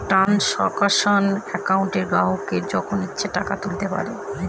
transaction একাউন্টে গ্রাহকরা যখন ইচ্ছে টাকা তুলতে পারবে